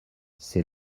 c’est